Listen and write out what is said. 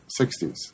60s